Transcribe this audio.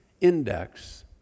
Index